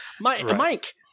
Mike